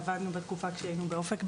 עבדנו יחד כשהיינו באופק.